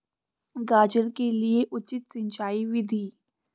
गाजर के लिए उचित सिंचाई विधि?